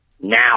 Now